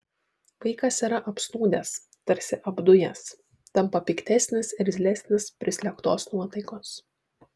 vaikas yra apsnūdęs tarsi apdujęs tampa piktesnis irzlesnis prislėgtos nuotaikos